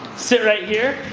sit right here.